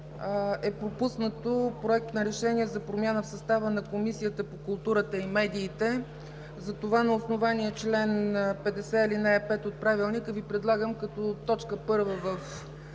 е пропуснат Проект за решение в състава на Комисията по културата и медиите. Затова на основание чл. 50, ал. 5 от Правилника Ви предлагам като точка първа в